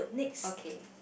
okay